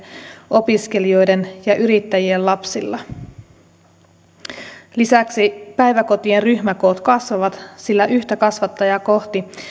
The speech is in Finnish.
opiskelijoiden ja yrittäjien lapsilla lisäksi päiväkotien ryhmäkoot kasvavat sillä yhtä kasvattajaa kohti